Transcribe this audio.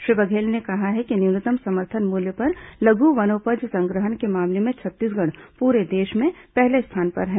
श्री बघेल ने कहा है कि न्यूनतम समर्थन मूल्य पर लघु वनोपज संग्रहण के मामले में छत्तीसगढ़ पूरे देश में पहले स्थान पर है